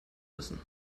müssen